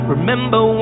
Remember